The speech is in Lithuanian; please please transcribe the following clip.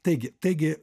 taigi taigi